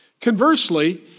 Conversely